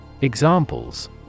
Examples